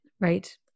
Right